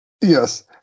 Yes